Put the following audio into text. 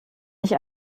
nicht